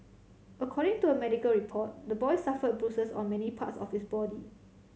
according to a medical report the boy suffered bruises on many parts of his body